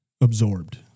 absorbed